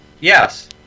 Yes